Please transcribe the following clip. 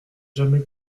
jamais